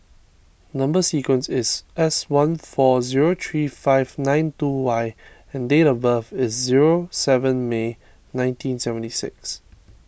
Number Sequence is S one four zero three five nine two Y and date of birth is zero seven May nineteen seventy six